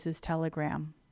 Telegram